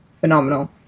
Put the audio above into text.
phenomenal